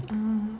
ah